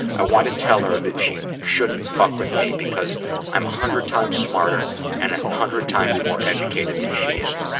i want to tell her that she shouldn't fuck with me because i'm a hundred times smarter and a hundred times more educated than she is.